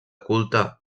culte